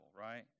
right